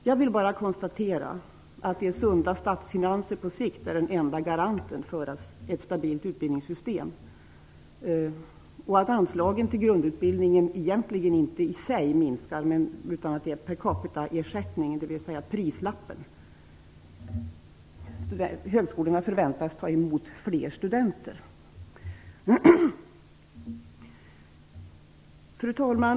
Jag vill bara konstatera att sunda statsfinanser på sikt är den enda garanten för ett stabilt utbildningssystem och att anslagen till grundutbildningen egentligen inte minskar i sig. Däremot minskar per capitaersättningarna, dvs. priset, genom att högskolorna förväntas ta emot fler studenter. Fru talman!